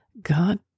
God